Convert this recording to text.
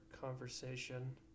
conversation